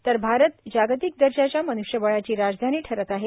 तर भारत जागतीक दर्जाच्या मन्ष्यबळाची राजधानी ठरत आहे